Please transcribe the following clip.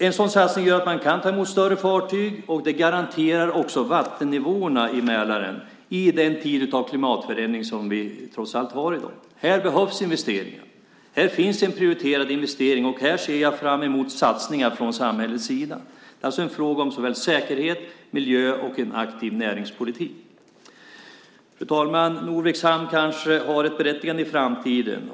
En sådan satsning gör att man kan ta emot större fartyg, och den garanterar också vattennivåerna i Mälaren - med tanke på de klimatförändringar som trots allt finns i dag. Här behövs investeringar. Här finns en prioriterad investering, och här ser jag fram emot satsningar från samhällets sida. Det är en fråga om såväl säkerhet, miljö som aktiv näringspolitik. Fru talman! Norviks hamn kanske har ett berättigande i framtiden.